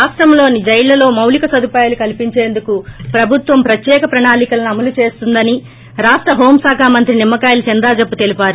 రాష్టంలోని జైళ్లలో మౌలిక సదుపాయాలు కల్పించేందుకు ప్రభుత్వం ప్రత్యిక ప్రణాళికలను అమలు చేస్తోందని రాష్ట హోం శాఖ మంత్రి నిమ్మకాయాల చినరాజప్ప తెలిపారు